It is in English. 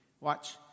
Watch